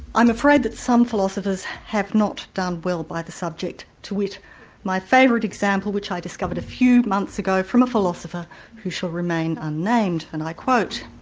i'm afraid that some philosophers have not done well by the subject, to whit my favourite example which i discovered a few months ago from a philosopher who shall remain un-named, and i quote